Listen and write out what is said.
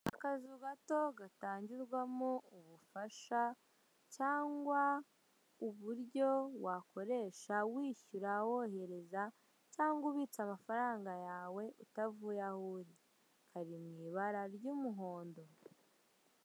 Akazu gato gatangirwamo ubufasha cyangwa uburyo wakoresha wishyura, wohereza cyangwa ubitsa amafaranga yawe utavuye aho uri. Kari mw'ibara ry'umuhondo.